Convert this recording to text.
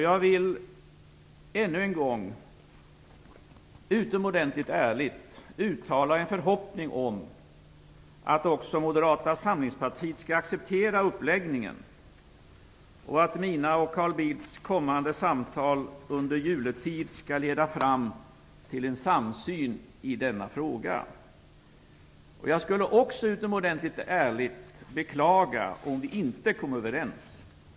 Jag vill ännu en gång, utomordentligt ärligt, uttala en förhoppning om att också Moderata samlingspartiet skall acceptera uppläggningen, och att mina och Carl Bildts samtal under juletid skall leda fram till en samsyn i denna fråga. Jag skulle, också utomordentligt ärligt, beklaga om vi inte kom överens.